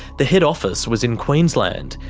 the head office was in queensland,